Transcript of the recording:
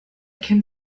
kennt